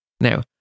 Now